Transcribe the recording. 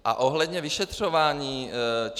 A ohledně vyšetřování ČNB.